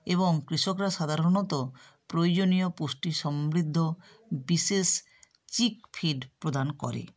এবং কৃষকরা সাধারণত প্রয়োজনীয় পুষ্টি সমৃদ্ধ বিশেষ চিক ফিড প্রদান করে